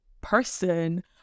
person